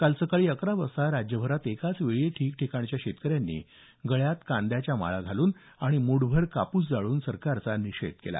काल सकाळी अकरा वाजता राज्यभरात एकाच वेळी ठिकठिकाणच्या शेतकऱ्यांनी गळ्यात कांद्याच्या माळा घालून आणि मूठभर कापूस जाळून सरकारचा निषेध केला